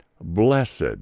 Blessed